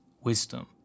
wisdom